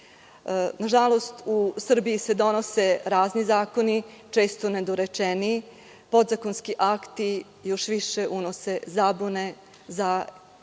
Na žalost u Srbiji se donose razni zakoni, često nedorečeni, podzakonski akti još više unose zabune za sprovođenje